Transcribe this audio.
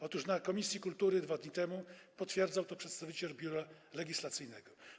Na posiedzeniu komisji kultury 2 dni temu potwierdzał to przedstawiciel Biura Legislacyjnego.